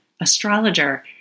astrologer